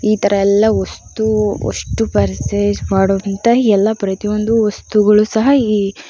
ಈ ಥರ ಎಲ್ಲ ವಸ್ತು ವಸ್ತು ಪರ್ಚೇಸ್ ಮಾಡುವಂಥ ಎಲ್ಲ ಪ್ರತಿಯೊಂದು ವಸ್ತುಗಳು ಸಹ ಈ